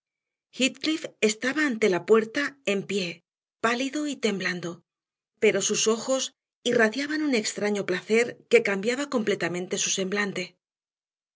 entrar heathcliff estaba ante la puerta en pie pálido y temblando pero sus ojos irradiaban un extraño placer que cambiaba completamente su semblante